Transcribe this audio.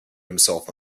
himself